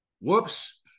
Whoops